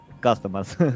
customers